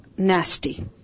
Nasty